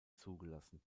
zugelassen